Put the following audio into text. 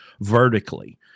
vertically